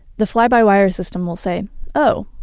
the fly-by-wire system will say oh,